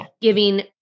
giving